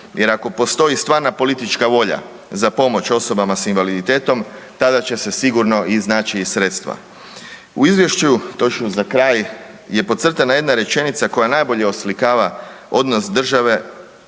jer ako postoji stvarna politička volja za pomoć osobama s invaliditetom tada će se sigurno iznaći i sredstva. U izvješću, točno za kraj, je podcrtana jedna rečenica koja najbolje oslikava odnos države